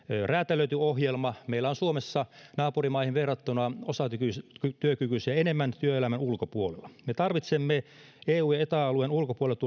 räätälöity ohjelma meillä on suomessa naapurimaihin verrattuna osatyökykyisiä enemmän työelämän ulkopuolella me tarvitsemme eu ja eta alueen ulkopuolelta